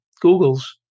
Google's